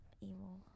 evil